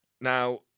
Now